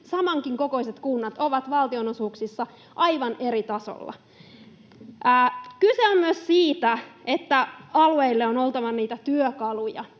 samankokoisetkin kunnat ovat valtionosuuksissa aivan eri tasolla. Kyse on myös siitä, että alueille on oltava niitä työkaluja,